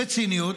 בציניות,